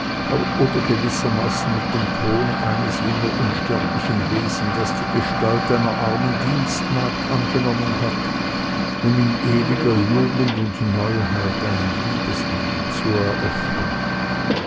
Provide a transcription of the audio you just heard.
oder gewissermaßen mit dem tone eines jener unsterblichen wesen das die gestalt einer armen dienstmagd angenommen hat um in ewiger jugend und neuheit einen liebeshandel zu eröffnen